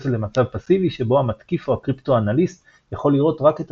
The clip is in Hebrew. שמתייחסת למצב פאסיבי שבו המתקיף או הקריפטואנליסט יכול לראות רק את